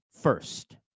first